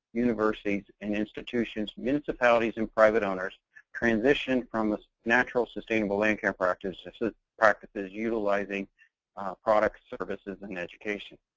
universities, and institutions, municipalities and private owners transition from a natural sustainable land care practices ah practices utilizing products, services and education.